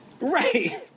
Right